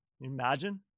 imagine